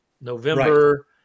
November